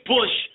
Bush